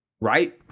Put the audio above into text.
right